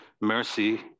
mercy